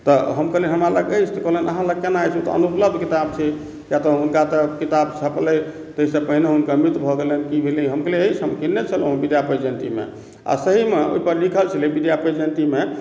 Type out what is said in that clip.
तऽ हम कहलियनि हमरा लग अछि तऽ कहलनि अहाँ लग केना अछि ओ तऽ अनुपलब्ध किताब छै किया तऽ हुनका तऽ किताब छपलै ताहिसँ पहिने हुनकर मृत्यु भऽ गेलनि की भेलै हम कहलियै है हम किनने छलहुॅं विद्यापति जयन्ती मे आ सही मे ओहिपर लिखल छलै विद्यापति जयन्ती मे